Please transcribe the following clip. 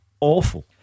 awful